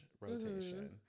rotation